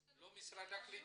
לא משרד הקליטה?